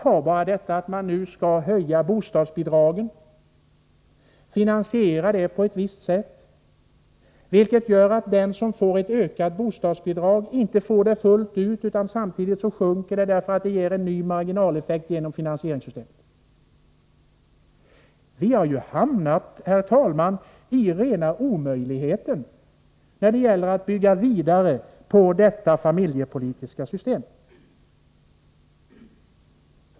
Ta bara detta att man nu skall höja bostadsbidraget och finansiera detta på ett sådant sätt så att den som får ökat bostadsbidrag inte får det fullt ut, utan att det samtidigt sjunker därför att det ger en ny marginaleffekt genom finansieringssystemet. Herr talman! Vi har ju hamnat i rena omöjligheten när det gäller att bygga vidare på detta familjepolitiska system.